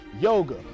yoga